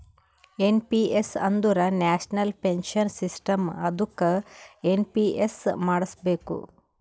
N P S ಅಂದುರ್ national pension system ಅದ್ದುಕ NPS ಮಾಡುಸ್ಬೇಕ್